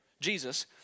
Jesus